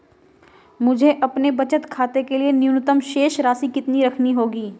मुझे अपने बचत खाते के लिए न्यूनतम शेष राशि कितनी रखनी होगी?